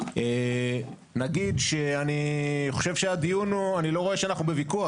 אני לא רואה שאנחנו בוויכוח.